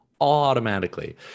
automatically